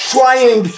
Trying